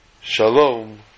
Shalom